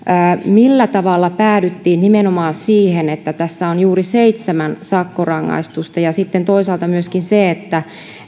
millä tavalla päädyttiin nimenomaan siihen että tässä on juuri seitsemän sakkorangaistusta ja sitten toisaalta on myöskin se että